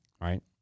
right